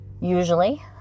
Usually